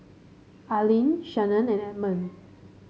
Arlyn Shannan and Edmund